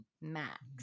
Max